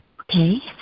Okay